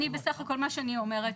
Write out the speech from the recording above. אני בסך הכל מה שאני אומרת,